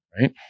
Right